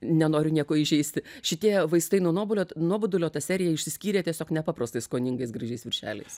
nenoriu nieko įžeisti šitie vaistai nuo nuopuolio nuobodulio ta serija išsiskyrė tiesiog nepaprastai skoningais gražiais viršeliais